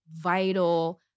vital